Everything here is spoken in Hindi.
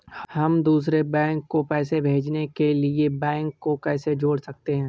हम दूसरे बैंक को पैसे भेजने के लिए बैंक को कैसे जोड़ सकते हैं?